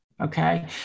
Okay